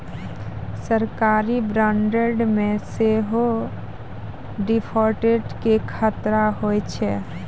सरकारी बांडो मे सेहो डिफ़ॉल्ट के खतरा होय छै